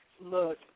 Look